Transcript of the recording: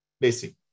basic